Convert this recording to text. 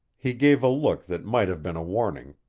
he gave a look that might have been a warning,